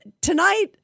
tonight